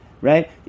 right